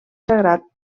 sagrat